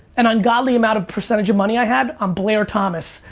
an ungodly amount of percentage of money i had on blair thomas,